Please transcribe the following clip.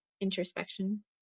introspection